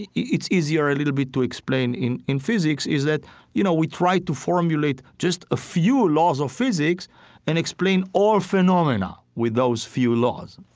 it's easier a little bit to explain in in physics, is that you know we try to formulate just a few laws of physics and explain all phenomena with those few laws.